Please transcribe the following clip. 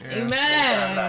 amen